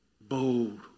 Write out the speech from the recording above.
Bold